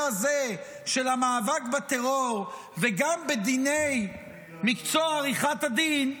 הזה של המאבק בטרור וגם בדיני מקצוע עריכת הדין,